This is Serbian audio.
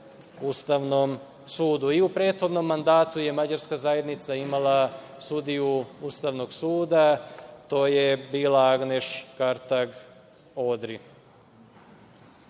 Ustavnom sudu. I u prethodnom mandatu je mađarska zajednica imala sudiju Ustavnog suda, a to je bila Agneš Kartag Odri. Što